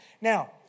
Now